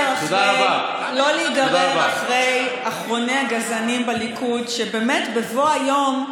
להפריע לחברת הכנסת תמר זנדברג.